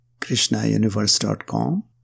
KrishnaUniverse.com